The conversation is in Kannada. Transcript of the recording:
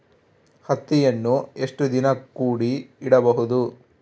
ಹತ್ತಿಯನ್ನು ಎಷ್ಟು ದಿನ ಕೂಡಿ ಇಡಬಹುದು?